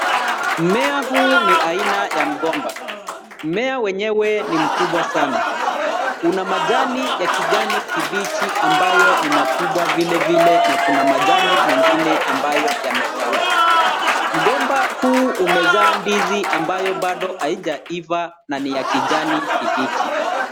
Mmea huu ni aina ya mgomba. Mmea wenyewe ni mkubwa sana. Una majani ya kijani kibichi ambayo ni makubwa vilevile na kuna majani mengine ambayo yamekauka. Mgomba huu umezaa ndizi ambayo bado haijaiva na ni ya kijani kibichi.